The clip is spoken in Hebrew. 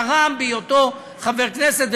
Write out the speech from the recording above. הוא תרם בהיותו חבר כנסת,